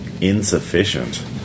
insufficient